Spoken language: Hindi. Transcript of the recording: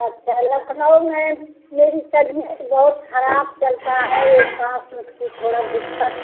अच्छा लखनऊ में मेरी तबियत बहुत ख़राब चलती है ए साँस ओंस की थोड़ी दिक्कत